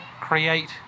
create